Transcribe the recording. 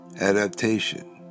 adaptation